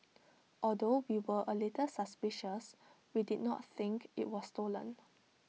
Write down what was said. although we were A little suspicious we did not think IT was stolen